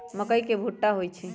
मकई के भुट्टा होई छई